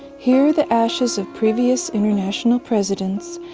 here, the ashes of previous international presidents,